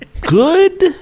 good